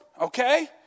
Okay